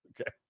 Okay